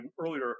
earlier